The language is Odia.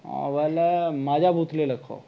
ବୋଇଲେ ମାଜା ବୋତଲେ ଲେଖ